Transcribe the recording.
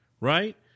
right